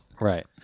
Right